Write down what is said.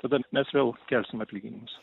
tada mes vėl kelsim atlyginimus